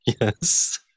Yes